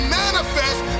manifest